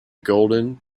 golden